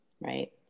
Right